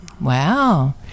Wow